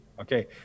Okay